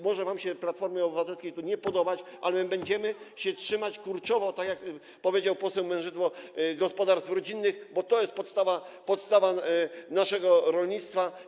Może wam się, Platformie Obywatelskiej, to nie podobać, ale my będziemy się kurczowo trzymać, tak jak powiedział poseł Mężydło, gospodarstw rodzinnych, bo to jest podstawa naszego rolnictwa.